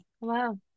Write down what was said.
Wow